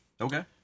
Okay